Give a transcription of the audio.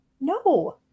No